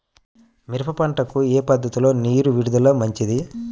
మిరప పంటకు ఏ పద్ధతిలో నీరు విడుదల మంచిది?